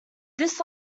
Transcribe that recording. this